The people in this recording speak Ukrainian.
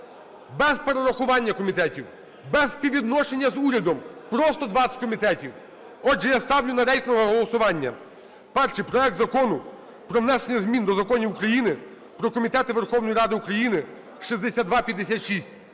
без перерахування комітетів, без співвідношення з урядом, просто 20 комітетів. Отже, я ставлю на рейтингове голосування першим проект Закону про внесення змін до законів України "Про комітети Верховної Ради України" (6256).